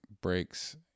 breaks